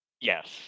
Yes